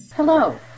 Hello